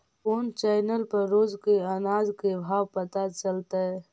कोन चैनल पर रोज के अनाज के भाव पता चलतै?